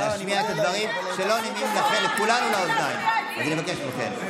אם היו עומדים אנשים באומץ נגד הזרם העכור, בושה.